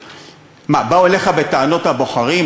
מה, באו אליך בטענות הבוחרים?